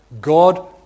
God